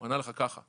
הוא ענה לך ככה.